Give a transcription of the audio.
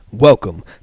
Welcome